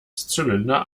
zylinder